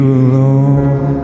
alone